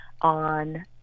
on